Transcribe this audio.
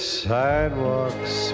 sidewalks